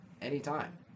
anytime